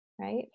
right